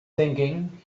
thinking